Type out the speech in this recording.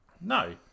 No